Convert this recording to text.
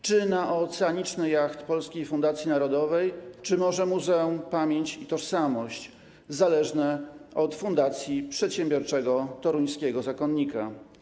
Czy na oceaniczny jacht Polskiej Fundacji Narodowej, czy może Muzeum „Pamięć i Tożsamość”, zależne od fundacji przedsiębiorczego toruńskiego zakonnika?